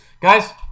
Guys